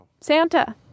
Santa